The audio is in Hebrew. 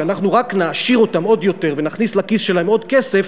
שאנחנו רק נעשיר אותם עוד יותר ונכניס לכיס שלהם עוד כסף,